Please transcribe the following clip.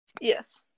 Yes